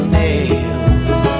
nails